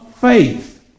faith